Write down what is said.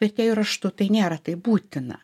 vertėjui raštu tai nėra taip būtina